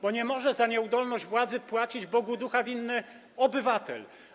Bo nie może za nieudolność władzy płacić Bogu ducha winny obywatel.